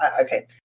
Okay